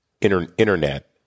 Internet